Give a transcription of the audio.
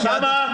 --- אוסאמה.